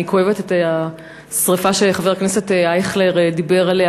כואבת את השרפה שחבר הכנסת אייכלר דיבר עליה,